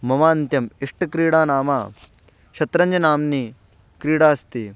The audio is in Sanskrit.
मम अत्यन्तम् इष्टक्रीडा नाम शत्रञ्जन् नाम्नि क्रीडा अस्ति